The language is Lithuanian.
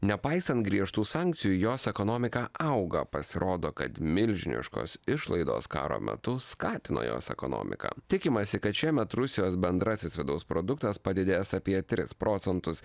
nepaisant griežtų sankcijų jos ekonomika auga pasirodo kad milžiniškos išlaidos karo metu skatino jos ekonomiką tikimasi kad šiemet rusijos bendrasis vidaus produktas padidės apie tris procentus